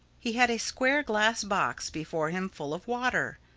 he had a square glass box before him full of water.